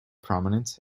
prominent